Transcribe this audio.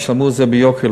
ישלמו על זה ביוקר,